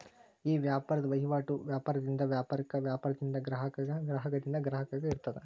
ಈ ವ್ಯಾಪಾರದ್ ವಹಿವಾಟು ವ್ಯಾಪಾರದಿಂದ ವ್ಯಾಪಾರಕ್ಕ, ವ್ಯಾಪಾರದಿಂದ ಗ್ರಾಹಕಗ, ಗ್ರಾಹಕರಿಂದ ಗ್ರಾಹಕಗ ಇರ್ತದ